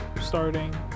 starting